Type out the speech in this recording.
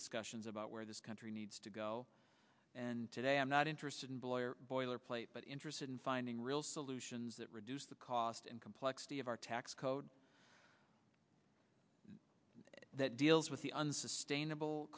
discussions about where this country needs to go and today i'm not interested in boy or boilerplate but interested in finding solutions that reduce the cost and complexity of our tax code that deals with the unsustainable